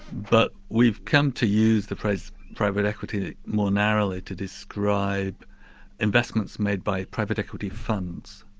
but we've come to use the phrase private equity more narrowly to describe investments made by private equity funds,